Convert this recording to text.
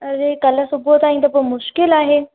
अड़े कल्ह सुबुह ताईं त पोइ मुश्किल आहे